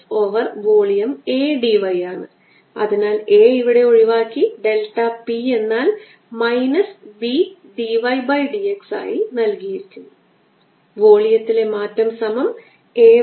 dS4πCe λr അതിനാൽ ആന്തരിക ഉപരിതലത്തിനായി പച്ച നിറത്തിൽ എഴുതാം കാരണം d s വെക്റ്റർ വിപരീത ദിശയിലേക്കാണ് വിരൽ ചൂണ്ടുന്നത്